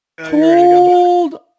Hold